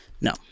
No